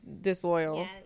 disloyal